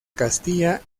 castilla